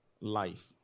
life